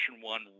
one